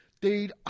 Dude